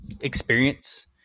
experience